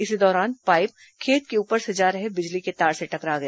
इसी दौरान पाइप खेत के ऊपर से जा रहे बिजली तार से टकरा गया